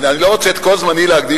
אני לא רוצה להקדיש את כל זמני לזה.